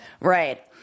right